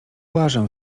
łażę